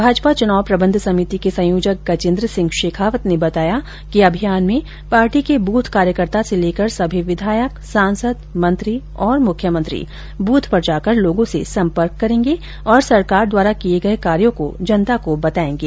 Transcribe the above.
भाजपा चुनाव प्रबंध समिति के संयोजक गजेन्द्र सिंह शेखावत ने बताया इस अभियान में पार्टी के बूथ कार्यकर्ता से लेकर सभी विधायक सांसद मंत्री और मुख्यमंत्री बूथ पर जाकर लोगों से संपर्क करेंगे और सरकार द्वारा किये गए कार्यों को जनता को बतायेंगे